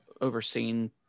overseen